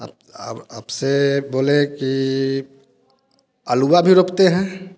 up अब आप से बोले कि अलुआ भी रोपते हैं